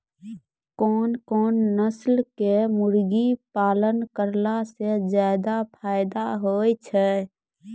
कोन कोन नस्ल के मुर्गी पालन करला से ज्यादा फायदा होय छै?